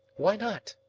why not?